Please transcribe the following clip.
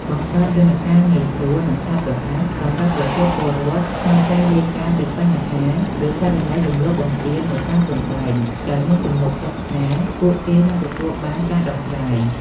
បង្កើតយន្តការងាយស្រួល និងឆាប់រហ័សសម្រាប់ប្រជាពលរដ្ឋក្នុងការរាយការណ៍ពីបញ្ហា ឬករណីរំលោភបំពាននៅតាមព្រំដែន ដោយមានទំនុកចិត្តថាពួកគេនឹងទទួលបានការដោះស្រាយ។